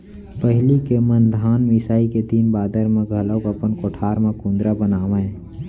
पहिली के मन धान मिसाई के दिन बादर म घलौक अपन कोठार म कुंदरा बनावयँ